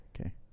Okay